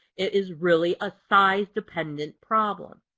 it is really a size dependent problem.